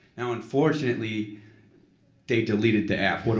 now unfortunately they deleted the app, what